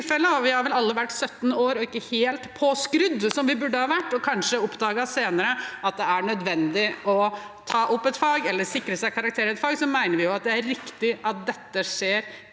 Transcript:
og vi har vel alle vært 17 år og ikke helt så påskrudd som vi burde ha vært, og kanskje oppdaget senere at det er nødvendig å ta opp et fag eller sikre seg karakter i et fag – mener vi at det er riktig at dette skjer